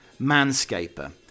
manscaper